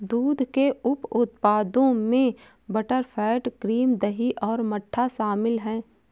दूध के उप उत्पादों में बटरफैट, क्रीम, दही और मट्ठा शामिल हैं